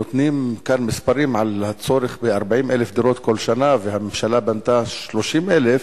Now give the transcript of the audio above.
נותנים כאן מספרים על הצורך ב-40,000 דירות כל שנה והממשלה בנתה 30,000,